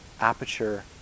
aperture